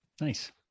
nice